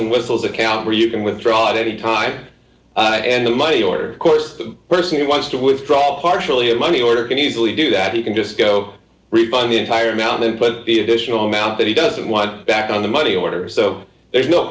and whistles account where you can withdraw at any time and the money order course the person who wants to withdraw partially a money order can easily do that or you can just go refund the entire amount of but the additional amount that he doesn't want back on the money orders so there's no